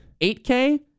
8K